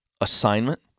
Assignment